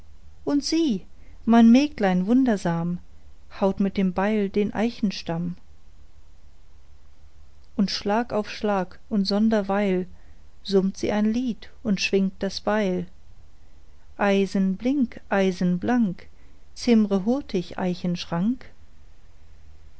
und sieh mein mägdlein wundersam haut mit dem beil den eichenstamm und schlag auf schlag und sonder weil summt sie ein lied und schwingt das beil eisen blink eisen blank zimmre hurtig